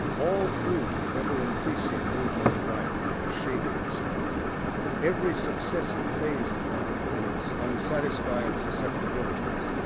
all through the ever-increasing movement of life that was shaping itself every successive phase of life, in its unsatisfied susceptibilities,